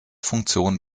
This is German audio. funktion